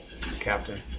captain